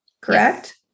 Correct